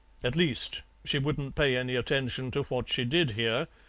at least, she wouldn't pay any attention to what she did hear,